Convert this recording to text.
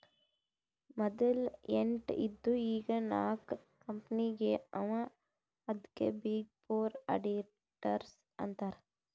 ಮದಲ ಎಂಟ್ ಇದ್ದು ಈಗ್ ನಾಕ್ ಕಂಪನಿನೇ ಅವಾ ಅದ್ಕೆ ಬಿಗ್ ಫೋರ್ ಅಡಿಟರ್ಸ್ ಅಂತಾರ್